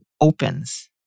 opens